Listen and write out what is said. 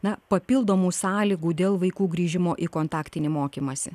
na papildomų sąlygų dėl vaikų grįžimo į kontaktinį mokymąsi